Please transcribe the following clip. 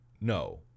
no